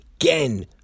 Again